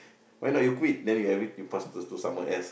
why not you quit then you every you pass to to someone else